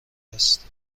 است